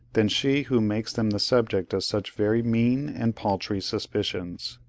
than she who makes them the subject of such very mean and paltry suspicions.